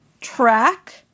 track